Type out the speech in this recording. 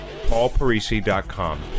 paulparisi.com